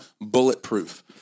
bulletproof